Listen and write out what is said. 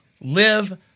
live